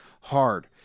hard